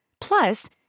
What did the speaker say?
Plus